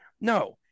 No